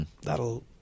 that'll